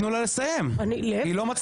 תנו לה לסיים את דבריה.